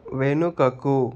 వెనుకకు